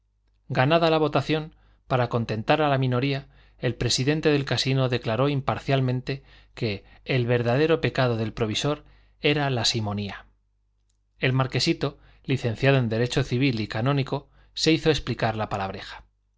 ganada la votación para contentar a la minoría el presidente del casino declaró imparcialmente que el verdadero pecado del provisor era la simonía el marquesito licenciado en derecho civil y canónico se hizo explicar la palabreja